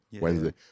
Wednesday